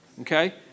okay